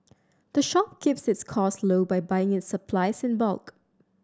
the shop keeps its costs low by buying its supplies in bulk